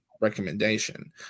recommendation